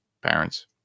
parents